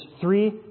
three